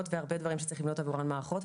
והרבה דברים שצריך לבנות עבורם מערכות.